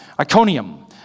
Iconium